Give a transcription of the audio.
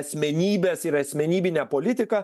asmenybės ir asmenybinę politiką